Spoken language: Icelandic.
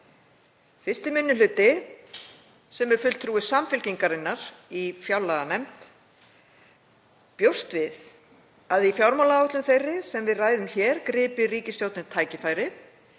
1. minni hluti, sem er fulltrúi Samfylkingarinnar í fjárlaganefnd, bjóst við að í fjármálaáætlun þeirri sem við ræðum hér gripi ríkisstjórnin tækifærið